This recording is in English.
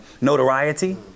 notoriety